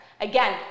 again